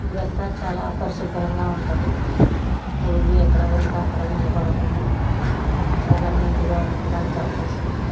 ఊరు అంతా చాలా పరిశుభ్రంగా ఉంటుంది మురుగు ఎక్కడ పడితే అక్కడ నిలబడకుండా చాలా నీట్గా ఉండడానికి అవకాశం ఉంది